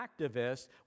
activists